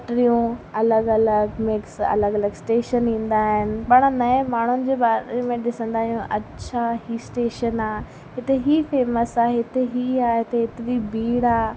पटिरियूं अलॻि अलॻि मिक्स अलॻि अलॻि स्टेशन ईंदा आहिनि पाण नए माण्हुनि जे बारे में ॾिसंदा आहियूं अच्छा हीअ स्टेशन आहे हिते हीअ फेमस आहे हिते हीअ आहे त हिते बि भीड़ आहे